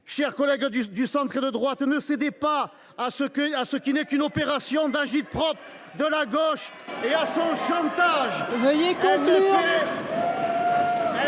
Chers collègues du centre et de droite, ne cédez pas à ce qui n’est qu’une opération d’agit prop de la gauche ni à son chantage